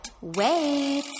wait